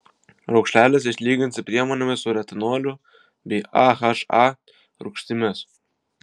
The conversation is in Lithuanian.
raukšleles išlyginsi priemonėmis su retinoliu bei aha rūgštimis